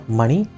money